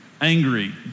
angry